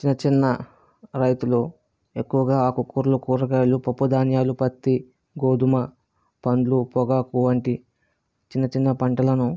చిన్న చిన్న రైతులు ఎక్కువగా ఆకుకూరలు కూరగాయలు పప్పుధాన్యాలు పత్తి గోధుమ పండ్లు పొగాకు వంటి చిన్న చిన్న పంటలను